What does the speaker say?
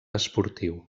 esportiu